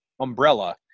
umbrella